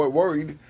worried